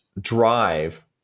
drive